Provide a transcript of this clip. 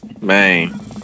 man